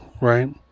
Right